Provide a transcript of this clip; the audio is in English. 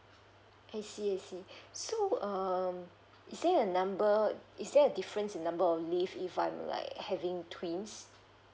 I see I see so um is there a number is there a difference number of leave if I'm like having twins